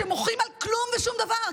שמוחים על כלום ושום דבר.